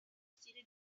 stile